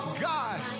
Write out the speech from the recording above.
God